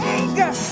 anger